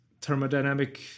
thermodynamic